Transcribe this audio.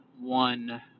one